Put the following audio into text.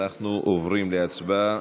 אנחנו עוברים להצבעה.